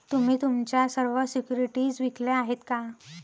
तुम्ही तुमच्या सर्व सिक्युरिटीज विकल्या आहेत का?